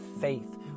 faith